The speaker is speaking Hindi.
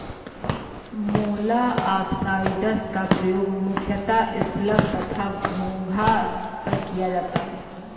मोलॉक्साइड्स का प्रयोग मुख्यतः स्लग तथा घोंघा पर किया जाता है